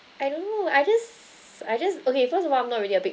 I don't know I just I just okay first of all I'm not really a big